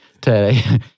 today